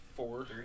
Four